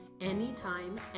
anytime